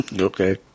Okay